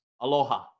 Aloha